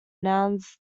nouns